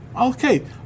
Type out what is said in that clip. Okay